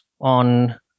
on